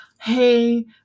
Hey